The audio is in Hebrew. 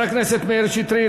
חבר הכנסת מאיר שטרית,